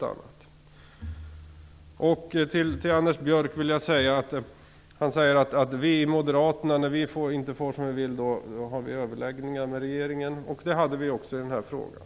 Anders Björk säger att när moderaterna inte får som de vill har de överläggningar med regeringen. Det hade vi i den här frågan.